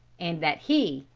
and that he,